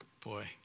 Boy